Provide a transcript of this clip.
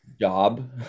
job